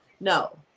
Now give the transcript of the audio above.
No